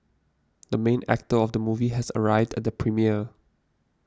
the main actor of the movie has arrived at the premiere